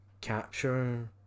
capture